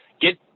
get